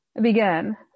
began